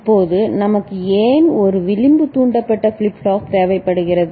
இப்போது நமக்கு ஏன் ஒரு விளிம்பு தூண்டப்பட்ட ஃபிளிப் ஃப்ளாப் தேவைப்படுகிறது